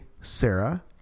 Sarah